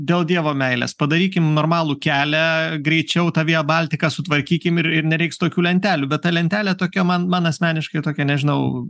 dėl dievo meilės padarykim normalų kelią greičiau tą vija baltiką sutvarkykim ir ir nereiks tokių lentelių bet ta lentelė tokia man man asmeniškai tokia nežinau